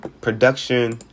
production